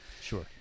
sure